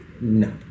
No